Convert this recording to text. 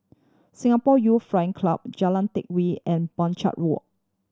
Singapore Youth Flying Club Jalan Teck Whye and Walk